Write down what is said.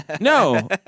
No